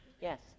Yes